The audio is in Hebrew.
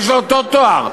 יש לו אותו תואר,